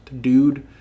dude